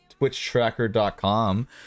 twitchtracker.com